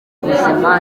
buzima